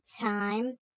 time